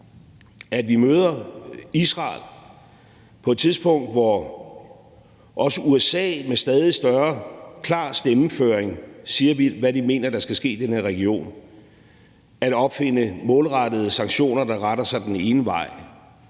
at vi møder Israel på et tidspunkt, hvor også USA med stadig større og klar stemmeføring siger, hvad de mener der skal ske i den her region, med at opfinde målrettede sanktioner, der retter sig den ene vej,